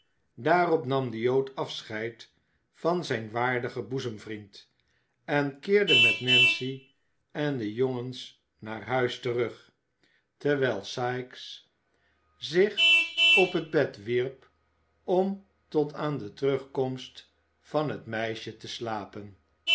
daarop nam de jood afscheid van zijn waardigen boezemvriend en keerde met nancy en de jongens naar huis terug terwijl sikes zich op het bed wierp om tot aan de terugkomst van het meisje te slapen